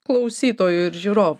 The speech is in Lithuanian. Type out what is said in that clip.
klausytojui ir žiūrovui